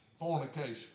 fornication